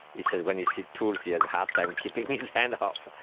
he says when he sees tools, he has a hard time keeping his hands off.